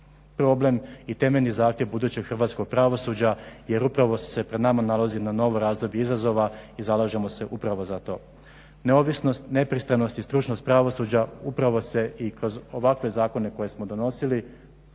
problem i temeljni zahtjev budućeg hrvatskog pravosuđa jer upravo se pred nama nalazi jedno novo razdoblje izazova i zalažemo se upravo za to. Neovisnost, nepristranost i stručnost pravosuđa upravo se i kroz ovakve zakone koje smo donosili